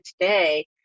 today